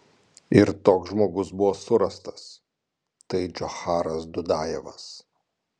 ir toks žmogus buvo surastas tai džocharas dudajevas